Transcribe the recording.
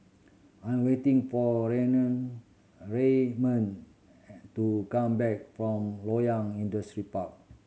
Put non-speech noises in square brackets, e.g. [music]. I am waiting for Raynard [unintelligible] and to come back from Loyang Industrial Park